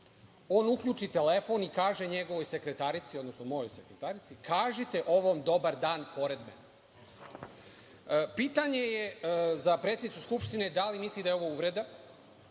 on uključi telefon i kaže njegovoj sekretarici, odnosno mojoj sekretarici, kažite ovom dobar dan pored mene. Pitanje je za predsednicu Skupštine, da li misli da je ovo uvreda